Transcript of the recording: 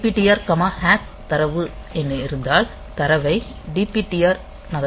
move DPTR comma hash தரவு என இருந்தால் தரவை DPTR நகர்த்துங்கள்